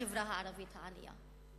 בחברה הערבית הענייה?